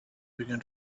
began